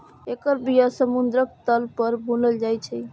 एकर बिया समुद्रक तल पर बुनल जाइ छै